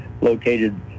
located